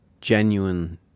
genuine